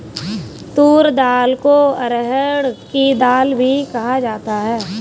तूर दाल को अरहड़ की दाल भी कहा जाता है